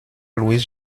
louis